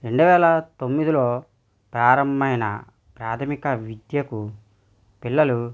రెండు వేల తొమ్మిదిలో ప్రారంభంమైన ప్రాథమిక విద్యకు పిల్లలు